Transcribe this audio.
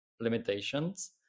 limitations